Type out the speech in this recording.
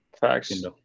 Facts